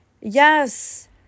Yes